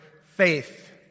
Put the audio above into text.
faith